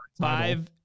Five